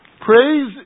Praise